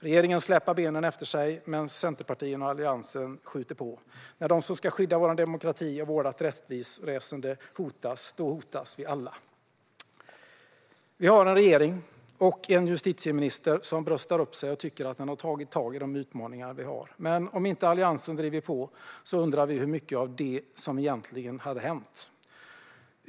Regeringen släpar benen efter sig medan Centerpartiet och Alliansen skjuter på. När de som ska skydda vår demokrati och vårt rättsväsen hotas, då hotas vi alla. Vi har en regering och en justitieminister som bröstar upp sig och tycker att de har tagit tag i de utmaningar vi har. Men om inte Alliansen drivit på undrar vi hur mycket av det som egentligen hade hänt.